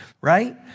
Right